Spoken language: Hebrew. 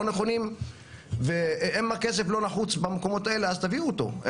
נכונים ואם הכסף לא נחוץ במקומות האלה אז תביאו אותו.